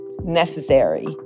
necessary